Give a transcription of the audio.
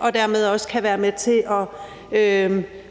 og dermed også kan være med til